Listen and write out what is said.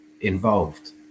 involved